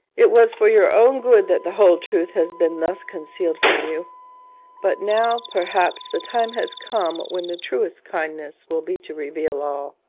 it was for your own good that the whole truth has been thus concealed from you but now, perhaps, the time has come when the truest kindness will be to reveal all.